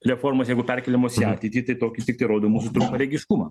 reformos jeigu perkeliamos į ateitį tai tokį tiktai rodo mūsų trumparegiškumą